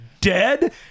dead